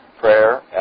Prayer